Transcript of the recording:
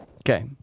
Okay